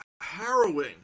harrowing